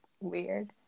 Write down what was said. weird